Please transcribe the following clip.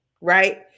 right